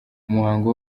umuhango